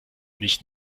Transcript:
nicht